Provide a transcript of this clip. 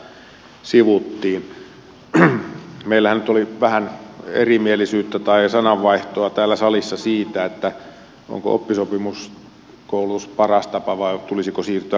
meillähän nyt oli vähän erimielisyyttä tai sananvaihtoa täällä salissa siitä onko oppisopimuskoulutus paras tapa vai tulisiko siirtyä koulutussopimukseen